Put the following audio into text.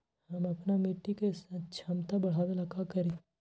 हम अपना मिट्टी के झमता बढ़ाबे ला का करी?